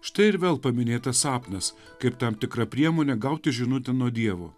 štai ir vėl paminėtas sapnas kaip tam tikra priemonė gauti žinutę nuo dievo